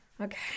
Okay